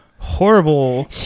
horrible